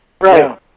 Right